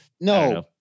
No